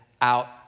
out